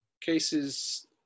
cases